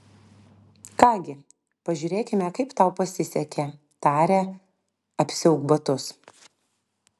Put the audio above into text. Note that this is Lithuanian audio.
ką gi pažiūrėkime kaip tau pasisekė tarė apsiauk batus